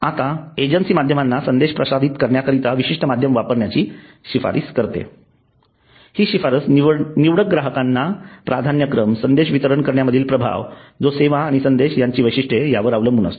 आता एजन्सी माध्यमांना संदेश प्रसारित करण्याकरता विशिष्ट माध्यम वापरण्याची शिफारस करते हि शिफारस निवडक ग्राहकांचा प्राधान्यक्रम संदेश वितरण करण्यामधील प्रभाव जो सेवा आणि संदेश यांची वैशिष्ट्ये यावर अवलंबून असतो